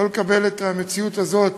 לא לקבל את המציאות הזאת